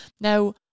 Now